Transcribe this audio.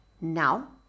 Now